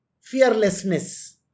fearlessness